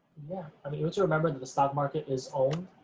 yeah, i mean once you remember that the stock market is owned